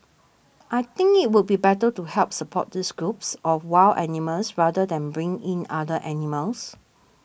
I think it would be better to help support these groups of wild animals rather than bring in other animals